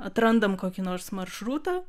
atrandam kokį nors maršrutą